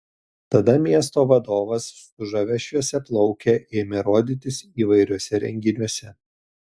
tada miesto vadovas su žavia šviesiaplauke ėmė rodytis įvairiuose renginiuose